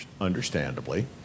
understandably